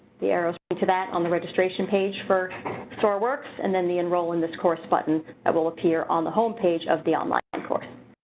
the arrows point to that, on the registration page for soar works, and then the enroll in this course button that will appear on the homepage of the online and course.